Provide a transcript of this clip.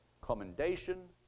commendation